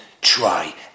try